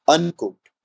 Uncooked